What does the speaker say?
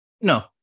No